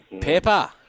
Pepper